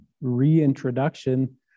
reintroduction